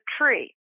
tree